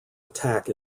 attack